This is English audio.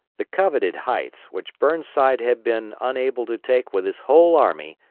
the coveted heights, which burnside had been unable to take with his whole army,